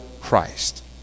Christ